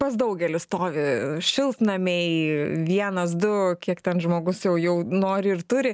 pas daugelį stovi šiltnamiai vienas du kiek ten žmogus jau jau nori ir turi